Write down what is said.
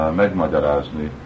megmagyarázni